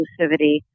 exclusivity